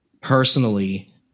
personally